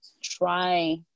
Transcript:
try